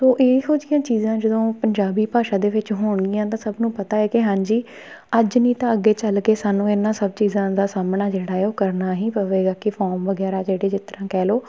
ਸੋ ਇਹੋ ਜਿਹੀਆਂ ਚੀਜ਼ਾਂ ਜਦੋਂ ਪੰਜਾਬੀ ਭਾਸ਼ਾ ਦੇ ਵਿੱਚ ਹੋਣਗੀਆਂ ਤਾਂ ਸਭ ਨੂੰ ਪਤਾ ਹੈ ਕਿ ਹਾਂਜੀ ਅੱਜ ਨਹੀਂ ਤਾਂ ਅੱਗੇ ਚੱਲ ਕੇ ਸਾਨੂੰ ਇਹਨਾਂ ਸਭ ਚੀਜ਼ਾਂ ਦਾ ਸਾਹਮਣਾ ਜਿਹੜਾ ਹੈ ਉਹ ਕਰਨਾ ਹੀ ਪਵੇਗਾ ਕਿ ਫੋਰਮ ਵਗੈਰਾ ਜਿਹੜੇ ਜਿਸ ਤਰ੍ਹਾਂ ਕਹਿ ਲਓ